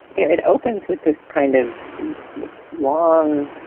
you know it opens with this kind of long.